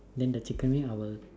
then the chicken wing I'll